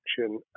action